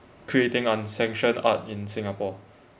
creating uncensured art in singapore